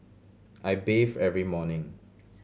I bathe every morning